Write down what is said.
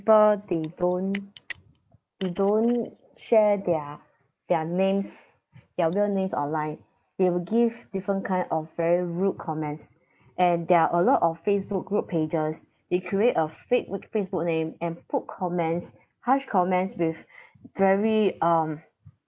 people they don't they don't share their their names their real names online they will give different kind of very rude comments and there are a lot of facebook group pages they create a fake w~ facebook name and put comments harsh comments with very um